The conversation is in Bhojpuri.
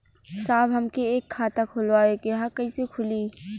साहब हमके एक खाता खोलवावे के ह कईसे खुली?